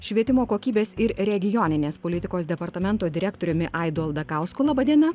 švietimo kokybės ir regioninės politikos departamento direktoriumi aidu aldakausku laba diena